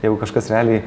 jeigu kažkas realiai